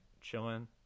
chilling